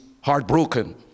heartbroken